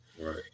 Right